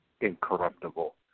incorruptible